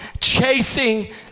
chasing